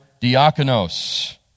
diakonos